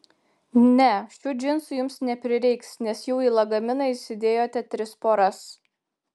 ne šių džinsų jums neprireiks nes jau į lagaminą įsidėjote tris poras